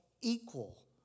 equal